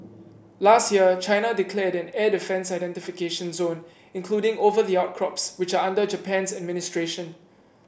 last year China declared an air defence identification zone including over the outcrops which are under Japan's administration